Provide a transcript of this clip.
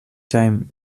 time